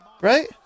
right